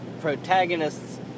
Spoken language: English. protagonists